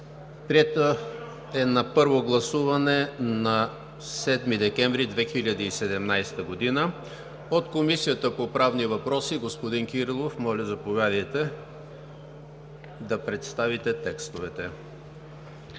Приет на първо гласуване на 7 декември 2017 г. От Комисията по правни въпроси – господин Кирилов, заповядайте да представите текстовете.